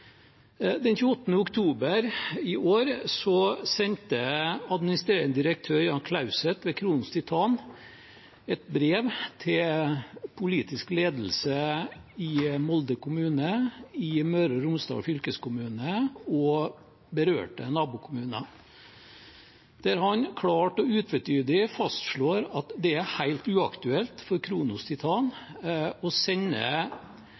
sendte administrerende direktør Jan Klauset ved Kronos Titan et brev til politisk ledelse i Molde kommune, til Møre og Romsdal fylkeskommune og berørte nabokommuner, der han klart og utvetydig fastslår at det er helt uaktuelt for